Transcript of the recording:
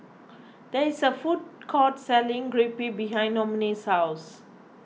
there is a food court selling Crepe behind Noemie's house